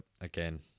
again